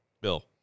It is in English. Bill